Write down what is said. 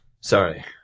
Sorry